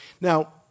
Now